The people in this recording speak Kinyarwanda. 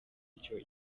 icyo